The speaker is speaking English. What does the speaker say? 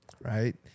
right